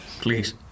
please